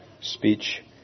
speech